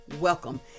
welcome